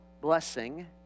blessing